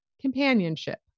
companionship